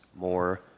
More